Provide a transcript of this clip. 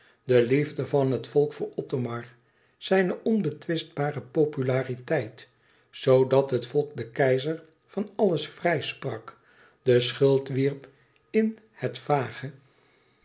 de liefde van het volk voor othomar zijne onbetwistbare populariteit zoodat het volk den keizer van alles vrijsprak de schuld wierp in het vage